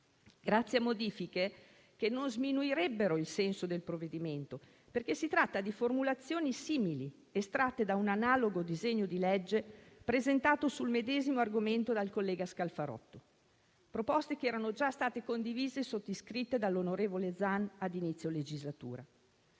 grazie a modifiche che non sminuirebbero il senso del provvedimento, perché si tratta di formulazioni simili, estratte da un analogo disegno di legge, presentato sul medesimo argomento dal collega Scalfarotto. Proposte che erano già state condivise e sottoscritte dall'onorevole Zan ad inizio legislatura.